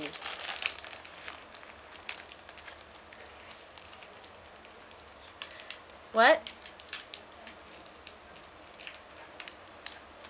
friendly [what]